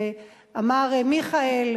ואמר מיכאל,